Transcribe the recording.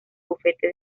bufete